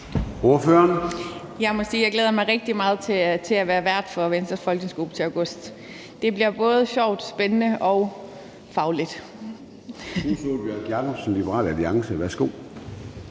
jeg glæder mig rigtig meget til at være vært for Venstres folketingsgruppe til august. Det bliver både sjovt, spændende og fagligt.